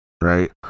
right